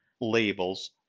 labels